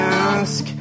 ask